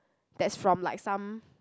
that's from like some